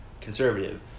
conservative